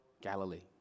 Galilee